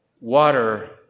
water